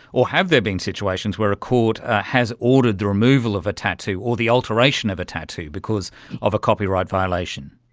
or have there been situations where a court has ordered the removal of a tattoo or the alteration of a tattoo because of a copyright violation?